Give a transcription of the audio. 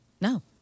No